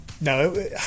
No